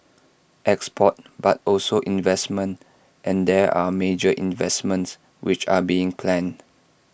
exports but also investments and there are major investments which are being planned